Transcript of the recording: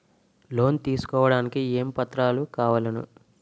Loan తీసుకోడానికి ఏమేం పత్రాలు కావలెను?